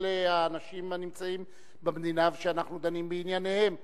האנשים הנמצאים במדינה ושאנחנו דנים בענייניהם.